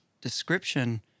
description